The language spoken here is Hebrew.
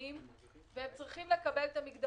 אנשים שמצאים במצוקה גדולה צריכים למלא טפסים כדי לקבל את המענק.